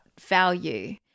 value